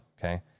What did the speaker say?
okay